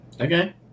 Okay